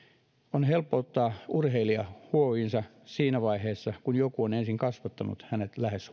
on helppo ottaa urheilija hoiviinsa siinä vaiheessa kun joku on ensin kasvattanut hänet lähes